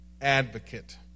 advocate